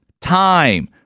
time